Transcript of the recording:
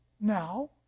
now